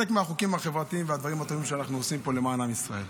שאנחנו עושים פה למען עם ישראל.